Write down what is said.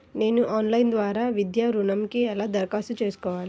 నేను ఆన్లైన్ ద్వారా విద్యా ఋణంకి ఎలా దరఖాస్తు చేసుకోవాలి?